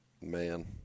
Man